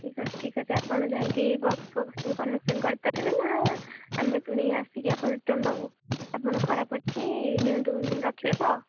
ଠିକ୍ ଅଛି ଠିକ୍ ଅଛି ଆପଣ ଯାଇକି ବକ୍ସ୍ ଫକ୍ସ୍ କନେକ୍ସନ୍ କରିପାରିବେ ନା ଆମେ ପୁଣି ଆସିକି ଆପଣଙ୍କୁ ରିଟର୍ଣ୍ଣ ଦେବୁ ଆପଣ ଖରାପ ଅଛି ନିଅନ୍ତୁ ରଖିବେ ତ